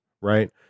Right